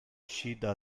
uscita